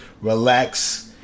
relax